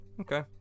Okay